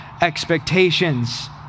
expectations